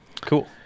cool